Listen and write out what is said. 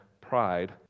pride